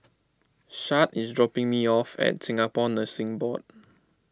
Shad is dropping me off at Singapore Nursing Board